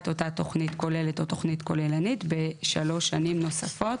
אותה תוכנית או תוכנית כוללנית בשלוש שנים נוספות.